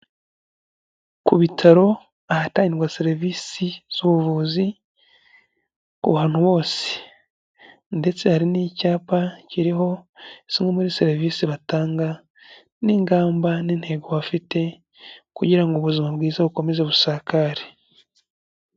Ku bitaro ahatangirwa serivisi z'ubuvuzi, ku bantu bose. Ndetse hari n'icyapa kiriho, zimwe muri serivisi batanga, n'ingamba n'intego bafite, kugira ngo ubuzima bwiza bukomeze busakare.